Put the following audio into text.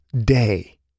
Day